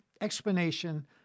explanation